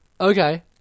Okay